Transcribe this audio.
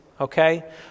okay